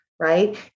Right